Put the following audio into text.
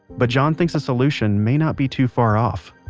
but john thinks a solution may not be too far off